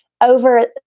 over